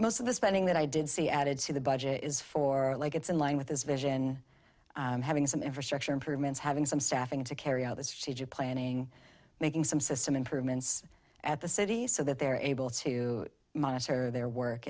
most of the spending that i did see added to the budget is for like it's in line with his vision having some infrastructure improvements having some staffing to carry out this siege of planning making some system improvements at the city so that they're able to monitor their work